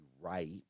right